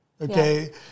okay